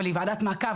אבל היא ועדת מעקב,